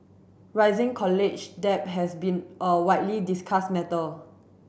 rising college debt has been a widely discussed matter